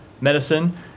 medicine